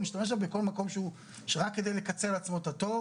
הוא משתמש בכל מקום רק כדי לקצר לעצמו את התור